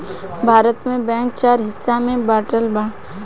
भारत में बैंक चार हिस्सा में बाटल बा